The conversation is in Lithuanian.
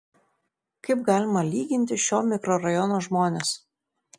kaip galima lyginti šio mikrorajono žmones